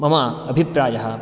मम अभिप्रायः